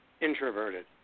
introverted